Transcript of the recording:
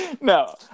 No